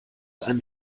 einen